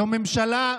זו ממשלה,